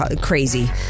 crazy